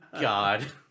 god